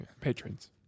patrons